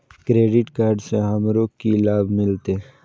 Credit card से हमरो की लाभ मिलते?